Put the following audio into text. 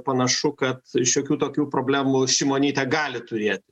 panašu kad šiokių tokių problemų šimonytė gali turėt